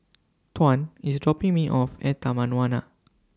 Tuan IS dropping Me off At Taman Warna